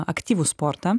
aktyvų sportą